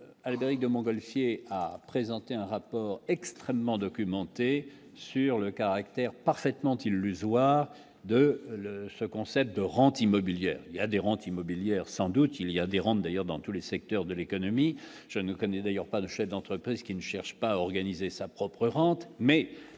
Albéric de Montgolfier, a présenté un rapport extrêmement documenté sur le caractère parfaitement illusoire de ce concept de rente immobilière il y a des rentes immobilières sans doute il y a des adhérent d'ailleurs dans tous les secteurs de l'économie, je ne connais d'ailleurs pas de chef d'entreprise qui ne cherche pas à organiser sa propre rente